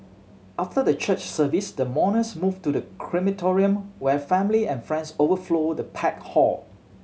after the church service the mourners moved to the crematorium where family and friends overflowed the packed hall